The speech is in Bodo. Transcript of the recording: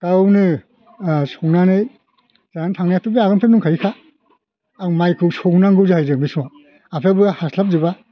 गावनो संनानै जानानै थांनायाथ' बे आगोलनिफ्रायनो दंखायोखा आं मायखौ सौनांगौ जाहैदों बै समाव आफायाबो हास्लाबजोबा